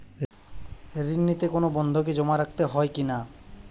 ঋণ নিতে কোনো বন্ধকি জমা রাখতে হয় কিনা?